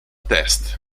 test